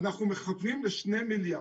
אנחנו מכוונים ל-2 מיליארד.